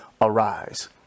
arise